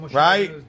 right